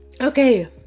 Okay